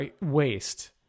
waste